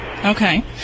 okay